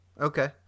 okay